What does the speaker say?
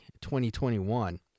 2021